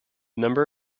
number